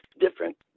different